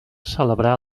celebrar